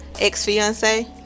ex-fiance